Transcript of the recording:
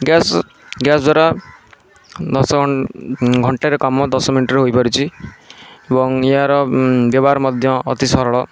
gas gas ଦ୍ୱାରା ଦଶ ଘଣ୍ଟାର କାମ ଦଶ ମିନିଟ୍ରେ ହୋଇପାରୁଛି ଏବଂ ଏହାର ବ୍ୟବହାର ମଧ୍ୟ ଅତି ସରଳ